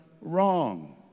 wrong